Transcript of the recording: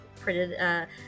printed